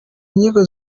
nyigo